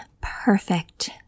Perfect